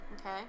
Okay